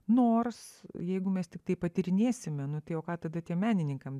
nors jeigu mes tiktai patyrinėsime nu tai o ką tada tiem menininkam